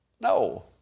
No